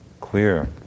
clear